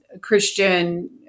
Christian